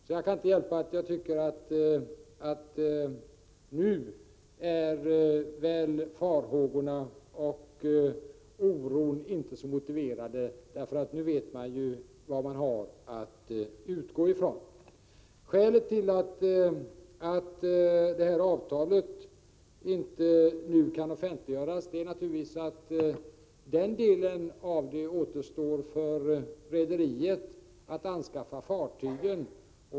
Jag kan alltså inte hjälpa att jag tycker att farhågorna och oron inte är särskilt motiverade nu, därför att i dag vet man ju vad man har att utgå från. Skälet till att avtalet inte kan offentliggöras nu är naturligtvis att det återstår för rederiet att anskaffa fartygen.